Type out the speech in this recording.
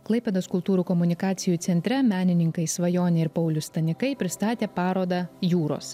klaipėdos kultūrų komunikacijų centre menininkai svajonė ir paulius stanikai pristatė parodą jūros